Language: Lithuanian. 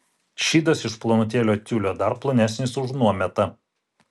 šydas iš plonutėlio tiulio dar plonesnis už nuometą